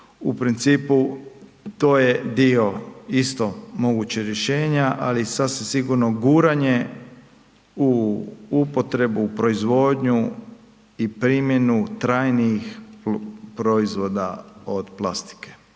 U principu to je dio isto moguće rješenja, ali sasvim sigurno guranje u upotrebu, proizvodnju i primjenu trajnijih proizvoda od plastike